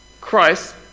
Christ